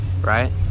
Right